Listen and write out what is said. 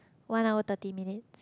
one hour thirty minute